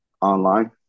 online